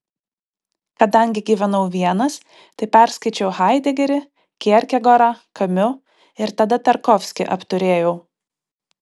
kadangi gyvenau vienas tai perskaičiau haidegerį kierkegorą kamiu ir tada tarkovskį apturėjau